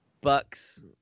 bucks